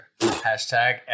Hashtag